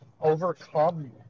overcome